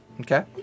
Okay